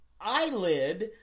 eyelid